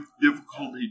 difficulty